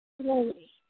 slowly